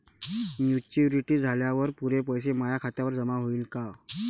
Maturity झाल्यावर पुरे पैसे माया खात्यावर जमा होईन का?